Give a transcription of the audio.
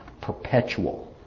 perpetual